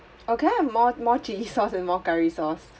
oh can I have more more chilli sauce and more curry sauce